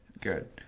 Good